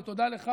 ותודה לך,